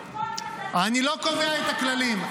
--- אני לא קובע את הכללים.